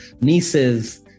nieces